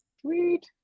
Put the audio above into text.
Sweet